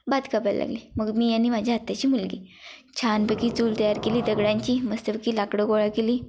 भात कापाय लागले मग मी आणि माझ्या आत्याची मुलगी छानपैकी चूल तयार केली दगडांची मस्तपैकी लाकडं गोळा केली